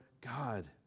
God